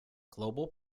global